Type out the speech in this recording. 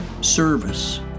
service